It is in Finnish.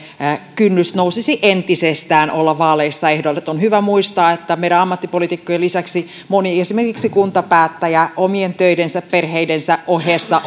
kynnys nousisi entisestään olla vaaleissa ehdolla on hyvä muistaa että meidän ammattipoliitikkojen lisäksi esimerkiksi moni kuntapäättäjä omien töidensä perheidensä ohessa